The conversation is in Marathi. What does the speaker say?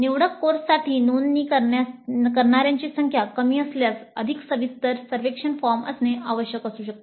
निवडक कोर्ससाठी नोंदणी करणाऱ्याची संख्या कमी असल्यास अधिक सविस्तर सर्वेक्षण फॉर्म असणे आवश्यक असू शकते